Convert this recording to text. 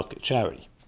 charity